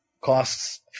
Costs